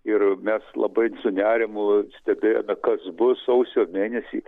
ir mes labai su nerimu stebėjome kas bus sausio mėnesį